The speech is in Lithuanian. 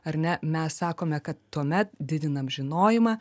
ar ne mes sakome kad tuomet didinam žinojimą